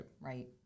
Right